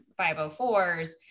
504s